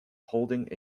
holding